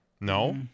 No